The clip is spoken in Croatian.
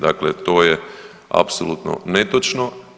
Dakle, to je apsolutno netočno.